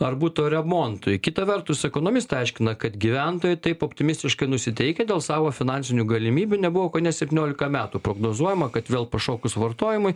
ar buto remontui kita vertus ekonomistai aiškina kad gyventojai taip optimistiškai nusiteikę dėl savo finansinių galimybių nebuvo kone septyniolika metų prognozuojama kad vėl pašokus vartojimui